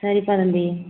சரிப்பா தம்பி